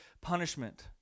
punishment